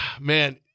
Man